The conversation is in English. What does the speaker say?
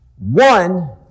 one